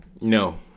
No